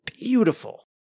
beautiful